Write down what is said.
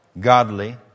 godly